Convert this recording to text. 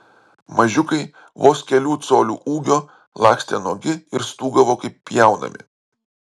mažiukai vos kelių colių ūgio lakstė nuogi ir stūgavo kaip pjaunami